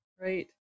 right